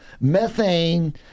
methane